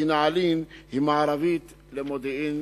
כי נעלין היא מערבית למודיעין-עילית.